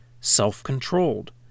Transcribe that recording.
self-controlled